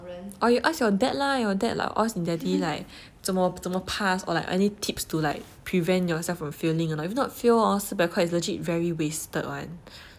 or you ask your dad lah your dad lah ask daddy like 怎么怎么 pass or like any tips to like prevent yourself from failing you know if not fail hor 四百块 is legit very wasted [one]